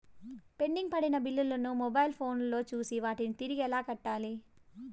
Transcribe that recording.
pending పడిన బిల్లులు ను మొబైల్ ఫోను లో చూసి వాటిని తిరిగి ఎలా కట్టాలి